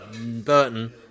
Burton